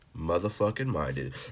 Motherfucking-Minded